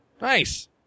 Nice